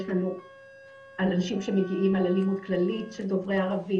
יש לנו אנשים שמגיעים אלינו על אלימות כללית שהם דוברי ערבית,